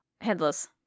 headless